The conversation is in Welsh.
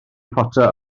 potter